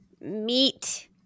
meat